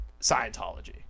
Scientology